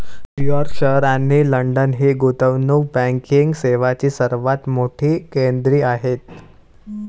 New York शहर आणि London ही गुंतवणूक बँकिंग सेवांची सर्वात मोठी केंद्रे आहेत